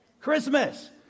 Christmas